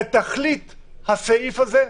בתכלית הסעיף הזה,